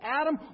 Adam